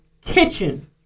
kitchen